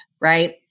right